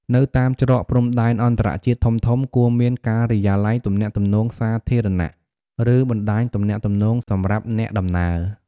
នៅតាមច្រកព្រំដែនអន្តរជាតិធំៗ គួរមានការិយាល័យទំនាក់ទំនងសាធារណៈ ឬបណ្តាញទំនាក់ទំនងសម្រាប់អ្នកដំណើរ។